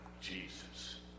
Jesus